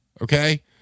Okay